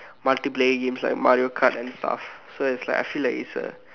multiplayer games like Mario-kart and stuff so is like I feel like it's a